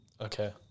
Okay